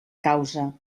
causa